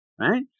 right